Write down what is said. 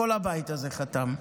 כל הבית הזה חתם,